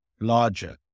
larger